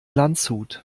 landshut